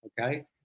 Okay